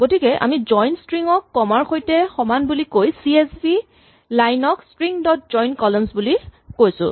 গতিকে আমি join string ক কমা ৰ সৈতে সমান বুলি কৈ চি এচ ভি লাইন ক স্ট্ৰিং ডট জইন কলমছ বুলি কৈছো